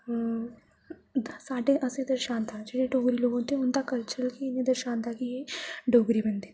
साढ़े इसेई दर्शांदा जेह्ड़े डोगरी लोक होंदे उंदा कल्चर गे उनेंई दर्शांदा कि डोगरी बंदे